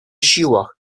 siłach